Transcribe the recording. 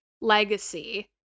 legacy